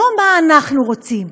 לא מה אנחנו רוצים,